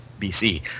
BC